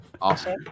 Awesome